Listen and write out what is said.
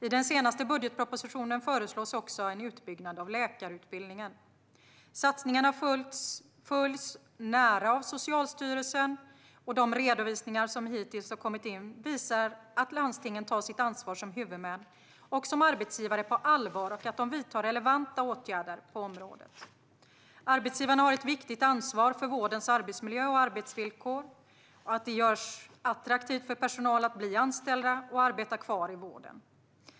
I den senaste budgetpropositionen föreslås också en utbyggnad av läkarutbildningen. Satsningen följs nära av Socialstyrelsen, och de redovisningar som hittills har kommit in visar att landstingen tar sitt ansvar som huvudmän och som arbetsgivare på allvar och att de vidtar relevanta åtgärder på området. Arbetsgivarna har ett viktigt ansvar för att vårdens arbetsmiljö och arbetsvillkor gör det attraktivt för personal att bli anställd och arbeta kvar i vården.